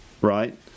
Right